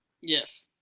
Yes